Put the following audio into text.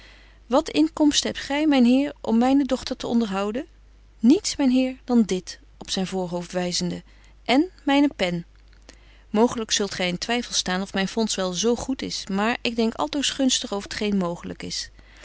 wat inkomsten hebt gy myn heer om myne dochter te onderhouden niets myn heer dan dit op zyn voorhoofd wyzende en myne pen mooglyk zult gy in twyffel staan of myn fonds wel z goed is maar ik denk altoos gunstig over t geen mooglyk is